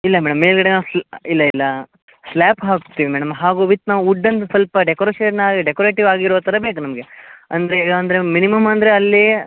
ಇಲ್ಲ ಮೇಡಮ್ ಮೇಲ್ಗಡೆ ಇಲ್ಲ ಇಲ್ಲ ಸ್ಲ್ಯಾಪ್ ಹಾಕ್ತಿವಿ ಮೇಡಮ್ ಹಾಗು ವಿತ್ ನಾವು ವುಡನ್ನು ಸ್ವಲ್ಪ ಡೆಕೋರೇಷನಾಗಿ ಡೆಕೋರೇಟಿವ್ ಆಗಿರೋ ಥರ ಬೇಕು ನಮಗೆ ಅಂದರೆ ಅಂದರೆ ಮಿನಿಮಮ್ ಅಂದರೆ ಅಲ್ಲಿ